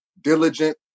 diligent